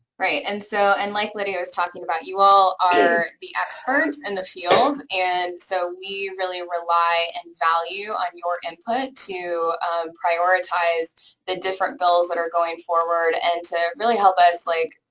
right. and so and like lydia was talking about, you all are the experts in the field, and so we really rely and value on your input to prioritize the different bills that are going forward and to really help us, like,